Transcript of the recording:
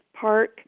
Park